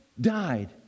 died